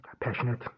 passionate